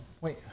wait